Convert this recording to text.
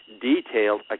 detailed